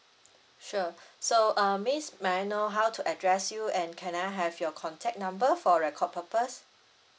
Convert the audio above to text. sure so uh miss may I know how to address you and can I have your contact number for record purpose